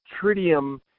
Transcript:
tritium